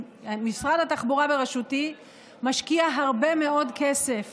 משרד התחבורה בראשותי משקיע הרבה מאוד כסף